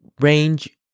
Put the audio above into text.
range